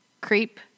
Creep